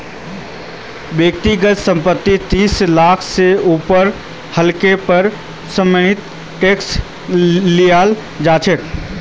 व्यक्तिगत संपत्ति तीस लाख से ऊपर हले पर समपत्तिर टैक्स लियाल जा छे